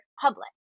public